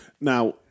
now